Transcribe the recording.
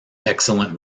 excellent